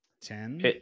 Ten